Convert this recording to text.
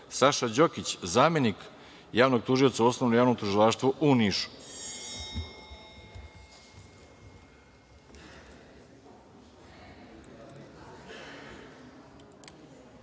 Saša Đokić, zamenik javnog tužioca u Osnovnom javnom tužilaštvu u